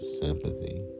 sympathy